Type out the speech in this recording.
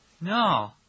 No